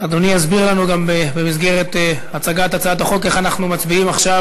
אדוני יסביר לנו גם במסגרת הצגת הצעת החוק איך אנחנו מצביעים עכשיו,